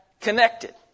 connected